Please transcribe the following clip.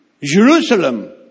Jerusalem